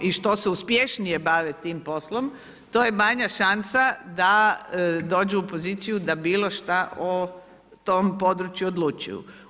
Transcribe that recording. I što se uspješnije bave tim poslom to je manja šansa da dođu u poziciju da bilo šta o tom području odlučuju.